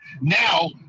now